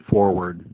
Forward